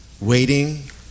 waiting